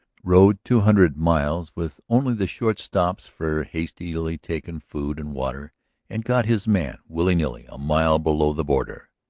rode two hundred miles with only the short stops for hastily taken food and water and got his man willy-nilly a mile below the border.